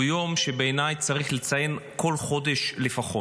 הוא יום שבעיניי צריך לציין כל חודש לפחות.